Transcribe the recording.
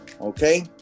okay